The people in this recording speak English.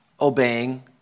obeying